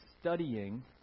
studying